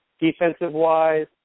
Defensive-wise